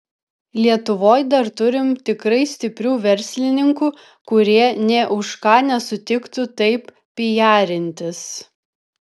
lietuvoj dar turim tikrai stiprių verslininkų kurie nė už ką nesutiktų taip pijarintis